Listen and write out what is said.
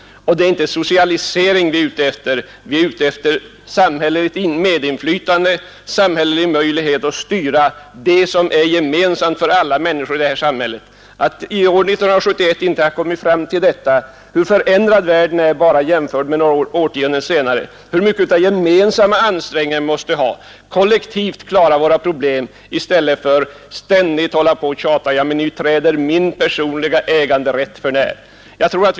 Det är inte heller socialisering vi är ute efter utan det är samhälleligt medinflytande, en samhällelig möjlighet att styra det som är gemensamt för alla människor i vårt land. Alla tycks inte ha insett hur förändrad världen är år 1971 jämfört med bara för ett par årtionden sedan, hur mycket vi gemensamt måste anstränga oss för att kollektivt klara våra problem. I stället tjatar man bara om att den personliga äganderätten träds för när.